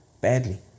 badly